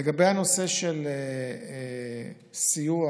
בנושא סיוע